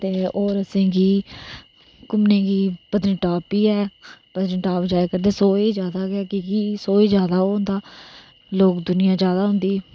ते और असेंगी घूमने गी पतनीटाप बी ऐ पतनीटाप ज्यादा सोहे च गै क्योंकि सोहे च ज्यादा ओह् होंदा लोक दुनियां ज्यादा होंदी